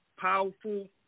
powerful